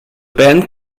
band